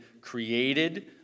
created